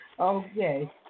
Okay